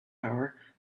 power